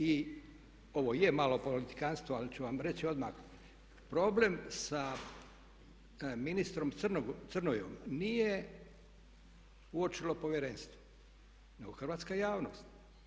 I ovo je malo politikanstvo, ali ću vam reći odmah, problem sa ministrom Crnojom nije uočilo Povjerenstvo nego hrvatska javnost.